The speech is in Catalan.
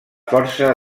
força